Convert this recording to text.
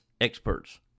experts